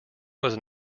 was